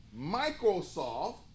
Microsoft